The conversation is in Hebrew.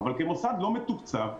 אבל כמוסד לא מתוקצב,